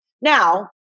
Now